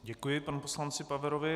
Děkuji panu poslanci Paverovi.